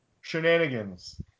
shenanigans